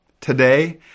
Today